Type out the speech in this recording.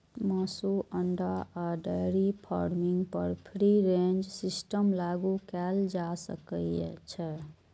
मासु, अंडा आ डेयरी फार्मिंग पर फ्री रेंज सिस्टम लागू कैल जा सकै छै